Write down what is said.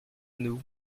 nous